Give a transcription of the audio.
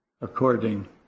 according